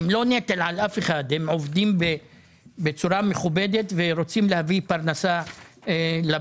הם לא נטל על אף אחד הם עובדים בצורה מכובדת ורוצים להביא פרנסה לבית.